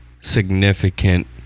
significant